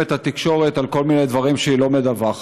את התקשורת על כל מיני דברים שהיא לא מדווחת.